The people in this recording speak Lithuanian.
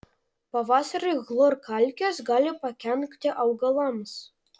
pavasarį chlorkalkės gali pakenkti augalams